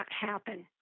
happen